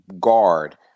guard